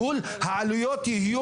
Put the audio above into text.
הבעיות.